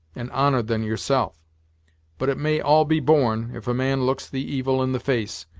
and honored than yourself but it may all be borne, if a man looks the evil in the face,